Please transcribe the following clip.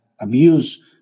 abuse